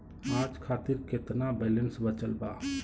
आज खातिर केतना बैलैंस बचल बा?